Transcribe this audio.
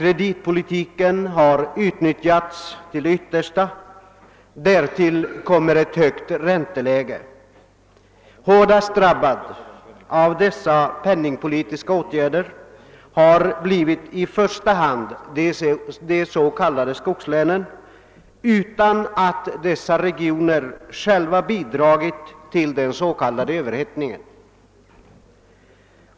Kreditpolitiken har utnyttjats till det yttersta. Därtill kommer ett högt ränteläge. De s.k. skogslänen har blivit hårdast drabbade av dessa penningpolitiska åtgärder utan att dessa regioner själva har bidragit till överhettningen.